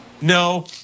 No